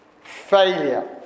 failure